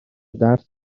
درس